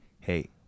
hey